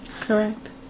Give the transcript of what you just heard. Correct